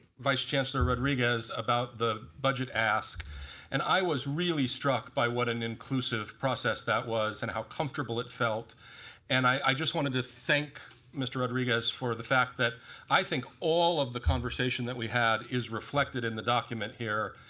vice chancellor rodriguez about the budget ask and i was really struck by what an inclusive process that was and how comfortable it felt and i just wanted to thank mr. rodriguez for the fact that i think all of the conversation that we had is reflected in the document here,